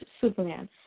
Superman